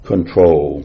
Control